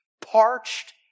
parched